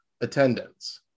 attendance